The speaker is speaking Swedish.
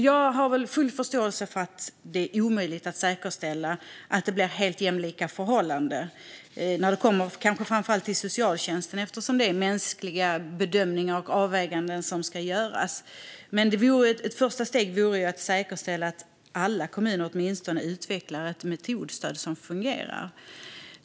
Jag har full förståelse för att det är omöjligt att säkerställa att det blir helt jämlika förhållanden, kanske framför allt när det gäller socialtjänsten, eftersom det är mänskliga bedömningar och avväganden som ska göras. Men ett första steg vore att säkerställa att alla kommuner åtminstone utvecklar ett metodstöd som fungerar.